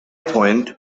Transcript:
point